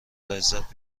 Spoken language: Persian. لذت